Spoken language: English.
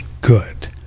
good